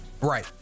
Right